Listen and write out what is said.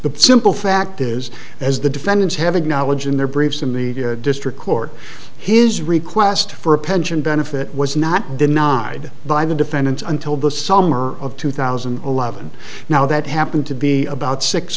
the simple fact is as the defendants have acknowledged in their briefs in the district court his request for a pension benefit was not denied by the defendants until the summer of two thousand and eleven now that happened to be about six